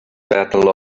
battle